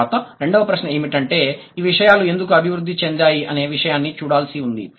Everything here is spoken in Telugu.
తరువాత రెండవ ప్రశ్న ఏమిటంటే ఈ విషయాలు ఎందుకు అభివృద్ధి చెందాయి అనే విషయాన్నీ చూడాల్సి ఉంది